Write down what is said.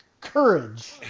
courage